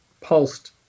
pulsed